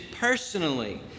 personally